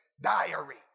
Diary